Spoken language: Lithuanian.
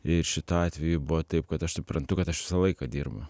ir šituo atveju buvo taip kad aš suprantu kad aš visą laiką dirbu